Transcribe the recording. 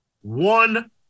one